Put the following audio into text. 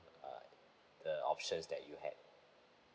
uh the options that you had